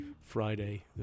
Friday